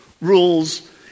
rules